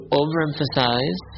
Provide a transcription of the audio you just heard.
overemphasize